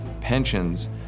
pensions